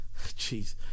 Jeez